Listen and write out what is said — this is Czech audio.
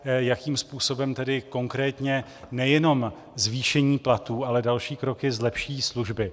Jakým způsobem tedy konkrétně nejenom zvýšení platů, ale další kroky zlepší služby?